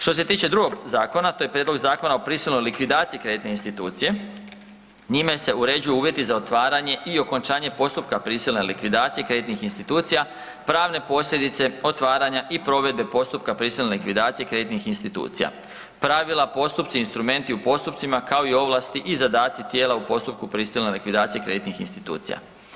Što se tiče drugog zakona, to je Prijedlog zakona o prisilnoj likvidaciji kreditne institucije, njime se uređuju uvjeti za otvaranje i okončanje postupka prisilne likvidacije kreditnih institucija, pravne posljedice otvaranja i provedbe postupka prisilne likvidacije kreditnih institucija, pravila, postupci i instrumenti u postupcima kao i ovlasti i zadaci tijela u postupku prisilne likvidacije kreditnih institucija.